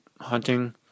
hunting